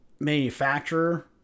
manufacturer